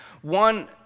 One